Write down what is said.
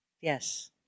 Yes